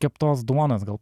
keptos duonos gal